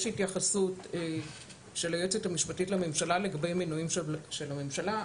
יש התייחסות של היועצת המשפטית לממשלה לגבי מינויים של הממשלה,